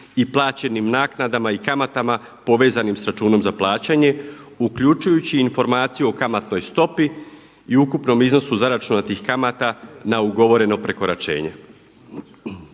i plaćenim naknadama i kamatama povezanim sa računom za plaćanje uključujući i informaciju o kamatnoj stopi i ukupnom iznosu zaračunatih kamata na ugovoreno prekoračenje.